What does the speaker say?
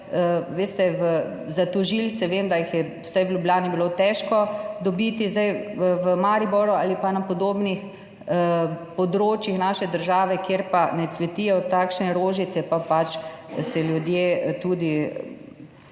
Veste, za tožilce vem, da jih je bilo vsaj v Ljubljani težko dobiti, v Mariboru ali pa na podobnih področjih naše države, kjer ne cvetijo takšne rožice, se pa ljudje pač